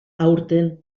aurten